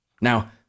Now